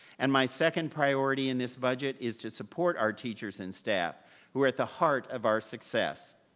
and my second priority in this budget is to support our teachers and staff who are at the heart of our success.